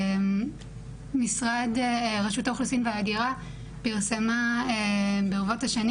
רשות האוכלוסין וההגירה פרסמה ברבות השנים